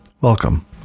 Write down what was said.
Welcome